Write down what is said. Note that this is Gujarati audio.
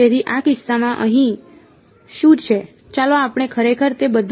તેથી આ કિસ્સામાં અહીં શું છે ચાલો આપણે ખરેખર તે બધું લખીએ